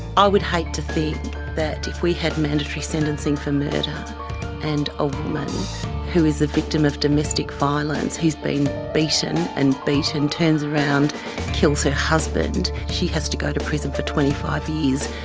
i would hate to think that if we had mandatory sentencing for murder and a woman who is a victim of domestic violence who has been beaten and beaten, turns around and kills her husband, she has to go to prison for twenty five years,